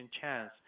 chance